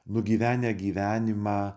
nugyvenę gyvenimą